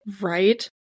right